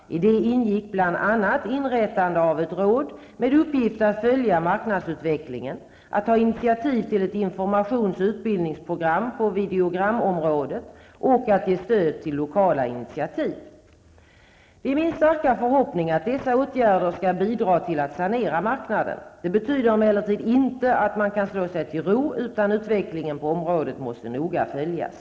I det ingick bl.a. inrättande av ett råd med uppgift att följa marknadsutvecklingen, att ta initiativ till ett informations och utbildningsprogram på videogramområdet och att ge stöd till lokala initiativ. Det är min starka förhoppning att dessa åtgärder skall bidra till att sanera marknaden. Det betyder emellertid inte att man kan slå sig till ro, utan utvecklingen på området måste noga följas.